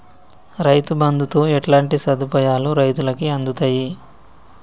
రైతు బంధుతో ఎట్లాంటి సదుపాయాలు రైతులకి అందుతయి?